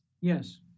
Yes